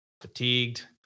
fatigued